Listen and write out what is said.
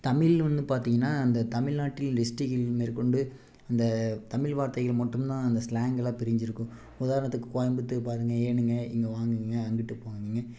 தமிழ் வந்து பார்த்தீங்கன்னா அந்த தமிழ்நாட்டில் டிஸ்டிட்ரிக்கில் மேற்கொண்டு அந்த தமிழ் வார்த்தைகளை மட்டும் தான் அந்த ஸ்லாங்குலாம் பிரிஞ்சுருக்கும் உதாரணத்துக்கு கோயம்புத்தூர் பாருங்கள் ஏனுங்க இங்கே வாங்கங்க அங்குட்டு போங்கங்க